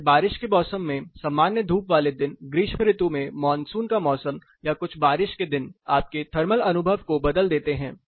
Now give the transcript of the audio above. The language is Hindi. जैसे बारिश के मौसम में सामान्य धूप वाले दिन ग्रीष्म ऋतु में मानसून का मौसम या कुछ बारिश के दिन आपके थर्मल अनुभव को बदल देते हैं